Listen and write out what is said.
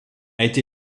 été